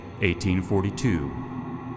1842